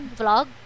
vlog